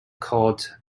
called